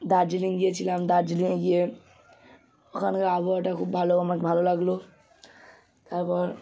দার্জিলিং গিয়েছিলাম দার্জিলিংয়ে গিয়ে ওখানকার আবহাওয়াটা খুব ভালো আমার ভালো লাগল তারপর